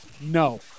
no